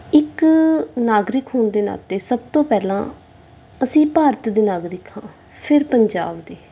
ਇੱਕ ਨਾਗਰਿਕ ਹੋਣ ਦੇ ਨਾਤੇ ਸਭ ਤੋਂ ਪਹਿਲਾਂ ਅਸੀਂ ਭਾਰਤ ਦੇ ਨਾਗਰਿਕ ਹਾਂ ਫਿਰ ਪੰਜਾਬ ਦੇ